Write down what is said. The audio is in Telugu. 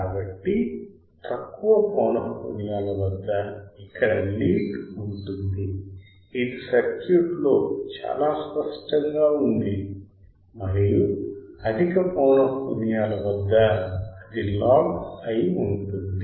కాబట్టి తక్కువ పౌనఃపున్యాల వద్ద ఇక్కడ లీడ్ ఉంటుంది ఇది సర్క్యూట్ లో చాలా స్పష్టంగా ఉంది మరియు అధిక పౌనఃపున్యాల వద్ద అది లాగ్ అయి ఉంటుంది